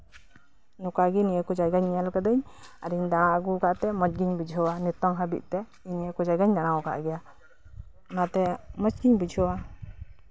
ᱱᱚᱝᱠᱟᱜᱮ ᱱᱤᱭᱟᱹ ᱠᱚ ᱡᱟᱭᱜᱟᱧ ᱧᱮᱞ ᱠᱟᱫᱟ ᱟᱨᱤᱧ ᱫᱟᱬᱟ ᱟᱹᱜᱩ ᱠᱟᱛᱮᱜ ᱢᱚᱸᱡ ᱜᱤᱧ ᱵᱩᱡᱷᱟᱹᱣᱟ ᱱᱤᱛᱚᱜ ᱦᱟᱹᱵᱤᱡᱛᱮ ᱱᱤᱭᱟᱹ ᱠᱚ ᱡᱟᱭᱜᱟᱧ ᱫᱟᱬᱟ ᱟᱠᱟᱫ ᱜᱮᱭᱟ ᱚᱱᱟᱛᱮ ᱢᱚᱸᱡ ᱜᱤᱧ ᱵᱩᱡᱷᱟᱹᱣᱟ